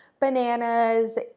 bananas